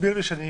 הסביר לי שאני